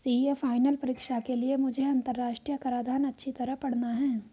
CA final परीक्षा के लिए मुझे अंतरराष्ट्रीय कराधान अच्छी तरह पड़ना है